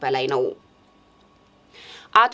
but i know